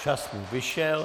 Čas mu vyšel.